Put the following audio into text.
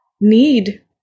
need